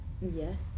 Yes